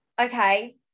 okay